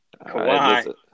Kawhi